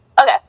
Okay